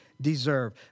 deserve